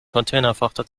containerfrachter